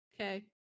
okay